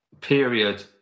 period